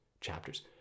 chapters